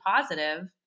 positive